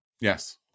Yes